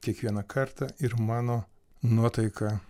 kiekvieną kartą ir mano nuotaika